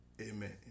Amen